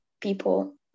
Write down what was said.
people